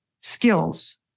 skills